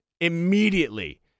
immediately